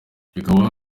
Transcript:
bikaba